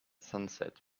sunset